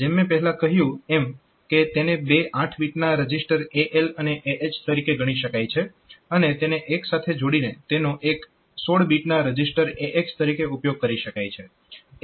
જેમ મેં પહેલા કહ્યું એમ કે તેને બે 8 બીટના રજીસ્ટર AL અને AH તરીકે ગણી શકાય છે અને તેને એક સાથે જોડીને તેનો એક 16 બીટના રજીસ્ટર AX તરીકે ઉપયોગ કરી શકાય છે